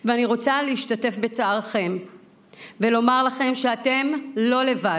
ואני רוצה להשתתף בצערכם ולומר לכם שאתם לא לבד.